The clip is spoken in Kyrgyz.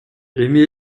эми